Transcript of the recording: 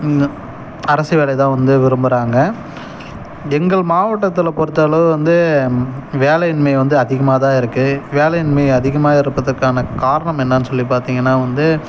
அரசு வேலை தான் வந்து விரும்புகிறாங்க எங்கள் மாவட்டத்தில் பொறுத்தளவு வந்து வேலையின்மை வந்து அதிகமாக தான் இருக்கு வேலையின்மை அதிகமாக இருப்பதற்கான காரணம் என்னன்னு சொல்லி பார்த்தீங்கன்னா வந்து